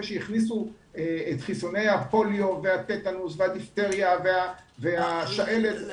שהכניסו את חיסוני הפוליו והטטנוס והדיפטריה והשעלת.